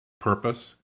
purpose